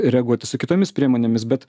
reaguoti su kitomis priemonėmis bet